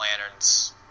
lanterns